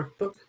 workbook